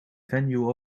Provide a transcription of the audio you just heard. venue